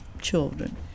children